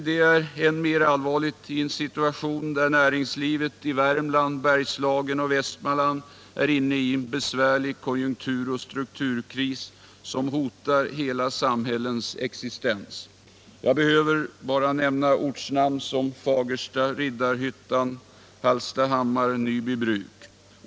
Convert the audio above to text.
Detta är än mer allvarligt i en situation där näringslivet i Värmland, Bergslagen och Västmanland är inne i en besvärlig konjunkturoch strukturkris, som hotar hela samhällens existens. Jag behöver bara nämna ortnamn som Riddarhyttan, Fagersta, Norberg, Hallstahammar och Nybybruk.